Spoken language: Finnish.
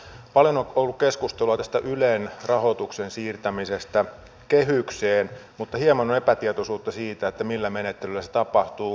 paljon on ollut keskustelua tästä ylen rahoituksen siirtämisestä kehykseen mutta hieman on epätietoisuutta siitä millä menettelyllä se tapahtuu